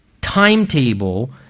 timetable